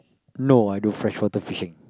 no I do fresh water fishing